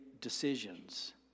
decisions